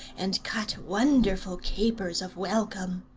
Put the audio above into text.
and cut wonderful capers of welcome.